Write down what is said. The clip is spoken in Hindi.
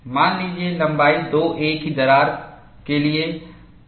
मान लीजिए लंबाई 2 a की दरार के लिए